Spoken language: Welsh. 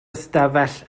ystafell